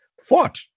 fought